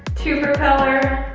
two propeller,